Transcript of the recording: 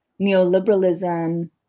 neoliberalism